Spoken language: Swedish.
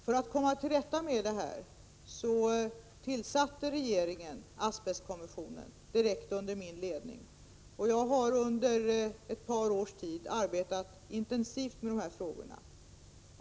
För att komma till rätta med det här tillsatte regeringen asbestkommissionen, direkt under min ledning, och jag har under ett par års tid arbetat intensivt med dessa frågor.